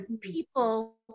people